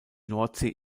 nordsee